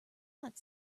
not